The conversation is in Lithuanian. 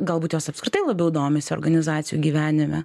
galbūt jos apskritai labiau domisi organizacijų gyvenime